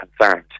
concerned